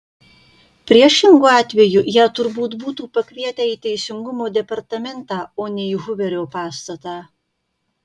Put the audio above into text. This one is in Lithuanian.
priešingu atveju ją turbūt būtų pakvietę į teisingumo departamentą o ne į huverio pastatą